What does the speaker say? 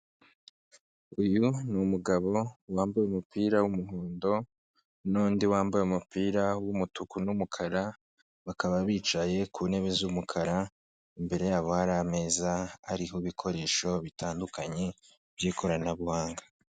Uyu ni umugabo wambaye umupira w'umuhondo n'undi wambaye umupira w'umutuku n'umukara bakaba bicaye ku ntebe z'umukara, imbere yabo hari ameza ariho ibikoresho bitandukanye by'ikoranabuhanga.